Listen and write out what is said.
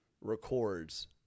records